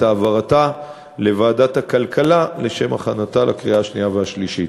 העברתה לוועדת הכלכלה לשם הכנתה לקריאה השנייה והשלישית.